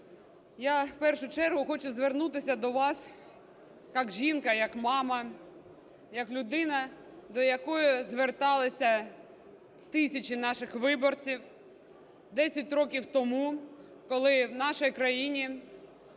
я в першу чергу хочу звернутися до вас як жінка, як мама, як людина, до якої зверталися тисячі наших виборців десять років тому, коли в нашій країні